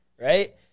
right